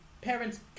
parents